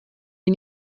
die